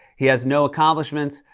he has no accomplishments,